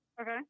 Okay